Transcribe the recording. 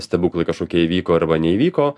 stebuklai kažkokie įvyko arba neįvyko